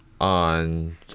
on